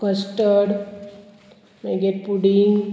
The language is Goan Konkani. कस्टड मागीर पुडींग